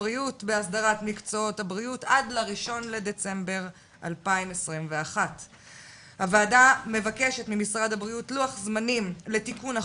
הבריאות בהסדרת מקצועות הבריאות עד ל-1 בדצמבר 2021. הוועדה מבקשת ממשרד הבריאות לוח זמנים לתיקון החוק,